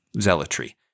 zealotry